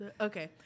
Okay